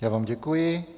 Já vám děkuji.